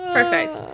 Perfect